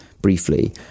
briefly